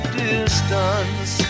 distance